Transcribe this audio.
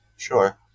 Sure